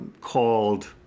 called